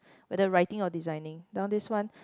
with the writing or designing now this one